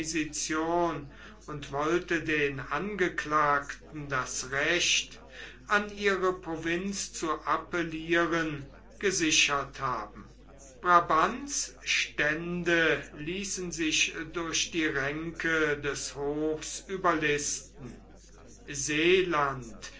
und wollte den angeklagten das recht an ihre provinz zu appellieren gesichert haben brabants stände ließen sich durch die ränke des hofs überlisten seeland